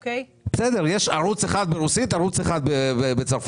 בסדר, יש ערוץ אחד ברוסית וערוץ אחד בצרפתית.